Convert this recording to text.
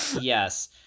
yes